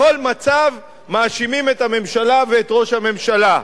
בכל מצב מאשימים את הממשלה ואת ראש הממשלה.